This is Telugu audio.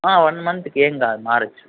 వన్ మంత్కి ఏం కాదు మారచ్చు